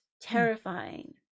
terrifying